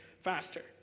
faster